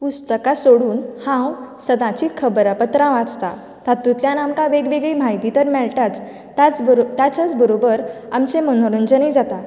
पुस्तकां सोडून हांव सदांचीं खबरापत्रां वाचतां तातूंतल्यान आमकां वेगवेगळी म्हायती तर मेळटाच ताच त्याचाच बरोबर आमचें मनोरंजनूय जाता